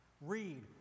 read